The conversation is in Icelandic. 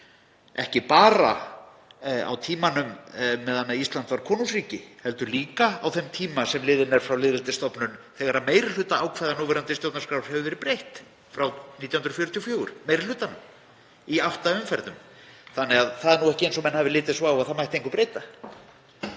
ekki bara á tímanum meðan Ísland var konungsríki heldur líka á þeim tíma sem liðinn er frá lýðveldisstofnun þegar meiri hluta ákvæða núverandi stjórnarskrár hefur verið breytt frá 1944 í átta umferðum. Það er því ekki eins og menn hafi litið svo á að það mætti engu breyta.